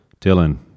Dylan